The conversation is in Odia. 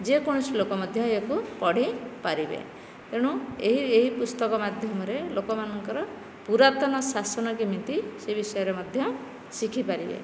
ଯେକୌଣସି ଲୋକ ମଧ୍ୟ ଏହାକୁ ପଢ଼ି ପାରିବେ ଏଣୁ ଏହି ଏହି ପୁସ୍ତକ ମାଧ୍ୟମରେ ଲୋକମାନଙ୍କର ପୁରାତନ ଶାସନ କେମିତି ସେ ବିଷୟରେ ମଧ୍ୟ ଶିଖିପାରିବେ